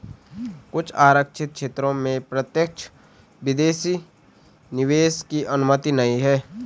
कुछ आरक्षित क्षेत्रों में प्रत्यक्ष विदेशी निवेश की अनुमति नहीं है